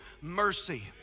mercy